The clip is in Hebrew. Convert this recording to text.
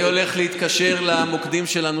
אני הולך להתקשר למוקדים שלנו,